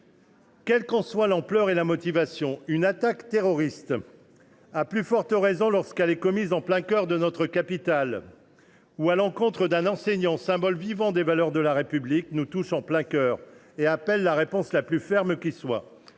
Quelles qu’en soient l’ampleur et la motivation, une attaque terroriste, à plus forte raison lorsqu’elle est commise en plein centre de notre capitale ou à l’encontre d’un enseignant, symbole vivant des valeurs de la République, nous touche en plein cœur et appelle la réponse la plus ferme qui soit.